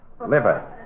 Liver